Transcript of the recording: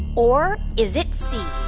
or is it c,